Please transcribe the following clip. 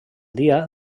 dia